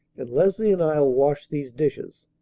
and leslie and i'll wash these dishes.